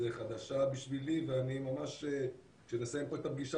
זו חדשה בשבילי וכשאני אסיים את הפגישה